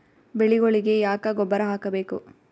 ಬೆಳಿಗೊಳಿಗಿ ಯಾಕ ಗೊಬ್ಬರ ಹಾಕಬೇಕು?